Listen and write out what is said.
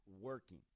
working